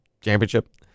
championship